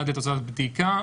עד לתוצאת בדיקה.